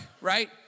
right